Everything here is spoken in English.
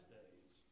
days